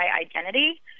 identity